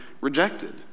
rejected